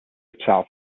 itself